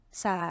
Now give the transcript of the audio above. sa